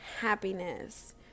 happiness